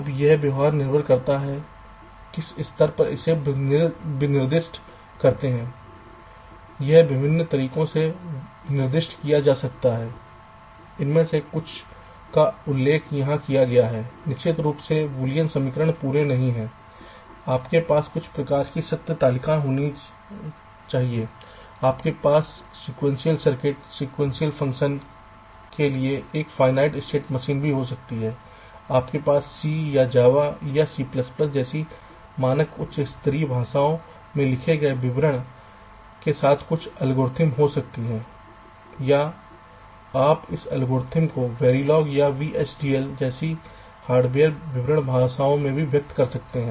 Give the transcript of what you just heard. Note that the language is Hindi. अब यह व्यवहार निर्भर करता है किस स्तर पर इसे निर्दिष्ट करते हैं यह विभिन्न तरीकों से निर्दिष्ट किया जा सकता है इनमें से कुछ का उल्लेख यहां किया गया है निश्चित रूप से बूलियन समीकरण पूरे नहीं हैं आपके पास कुछ प्रकार की सत्य तालिका हो सकती है आपके पास सीक्वेंशियल सर्किट सीक्वेंशियल फंक्शन के लिए एक फ़ायनाइट स्टेट मशीन भी हो सकती है आपके पास C या Java या C जैसी मानक उच्च स्तरीय भाषा में लिखे गए विवरण के साथ कुछ एल्गोरिदम हो सकती हैं या आप इस एल्गोरिदम को Verilog या VHDL जैसी हार्डवेयर विवरण भाषाओं में भी व्यक्त कर सकते हैं